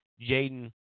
Jaden